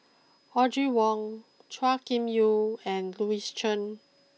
Audrey Wong Chua Kim Yeow and Louis Chen